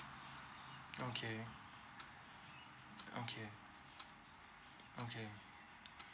okay okay okay